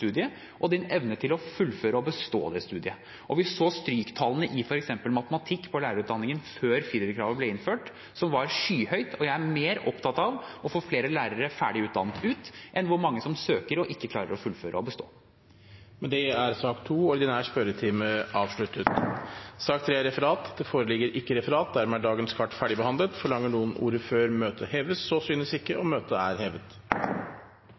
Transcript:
og din evne til å fullføre og bestå det studiet. Vi så at stryktallene i f.eks. matematikk på lærerutdanningen før firerkravet ble innført, var skyhøye. Jeg er mer opptatt av å få flere lærere ferdig utdannet ut enn hvor mange som søker og ikke klarer å fullføre og bestå. Dermed er sak nr. 2, den ordinære spørretimen, avsluttet. Det foreligger ikke noe referat. Dermed er dagens kart ferdigbehandlet. Forlanger noen ordet før møtet heves? – Så synes ikke. Møtet er hevet.